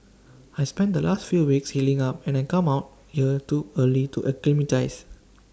I spent the last few weeks healing up and I come out here to early to acclimatise